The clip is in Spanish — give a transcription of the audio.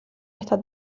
esta